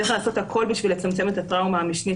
צריך לעשות הכול בשביל לצמצם את הטראומה המשנית